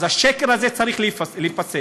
אז השקר הזה צריך להיפסק.